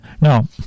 Now